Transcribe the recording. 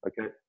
Okay